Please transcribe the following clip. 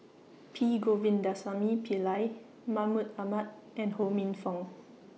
P Govindasamy Pillai Mahmud Ahmad and Ho Minfong